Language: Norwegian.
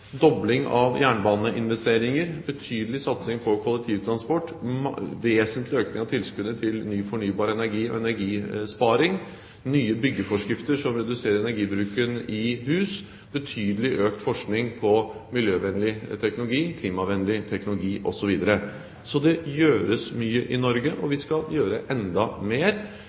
dobling av jernbaneinvesteringer, betydelig satsing på kollektivtransport, vesentlig økning av tilskuddet til ny fornybar energi og energisparing, nye byggeforskrifter som reduserer energibruken i hus, betydelig økt forskning på miljøvennlig teknologi, klimavennlig teknologi osv. Det gjøres mye i Norge, og vi skal gjøre enda mer,